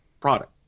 product